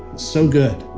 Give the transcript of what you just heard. so good